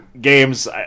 games